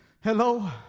Hello